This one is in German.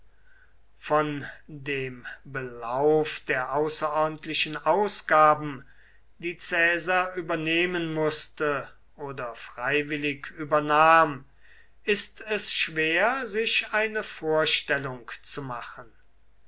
von dem belauf der außerordentlichen ausgaben die caesar übernehmen mußte oder freiwillig übernahm ist es schwer sich eine vorstellung zu machen